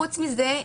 חוץ מזה,